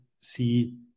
see